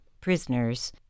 prisoners